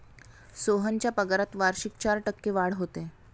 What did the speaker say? सोहनच्या पगारात वार्षिक चार टक्के वाढ होते